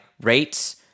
rates